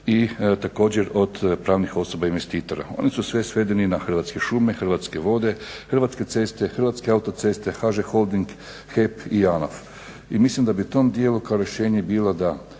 i također od pravnih osoba investitora. Oni su svi svedeni na Hrvatske šume, Hrvatske vode, Hrvatske ceste, Hrvatske autoceste, HŽ Holding, HEP i JANAF. I mislim da bi u tom dijelu kao rješenje bilo da